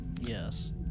Yes